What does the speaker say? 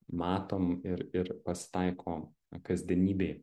matom ir ir pasitaiko kasdienybėj